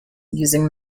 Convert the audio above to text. using